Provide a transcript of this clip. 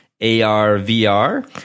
ARVR